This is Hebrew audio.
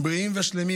בריאים ושלמים,